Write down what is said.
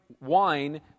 wine